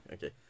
Okay